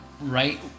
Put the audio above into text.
right